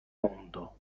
mundo